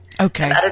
Okay